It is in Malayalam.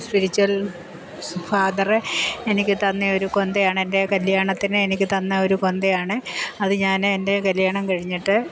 സ്പിരിച്യുൽ ഫാദറ് എനിക്ക് തന്നെ ഒരു കൊന്തയാണ് എൻ്റെ കല്യാണത്തിന് എനിക്ക് തന്ന ഒരു കൊന്തയാണ് അത് ഞാൻ എൻ്റെ കല്യാണം കഴിഞ്ഞിട്ട്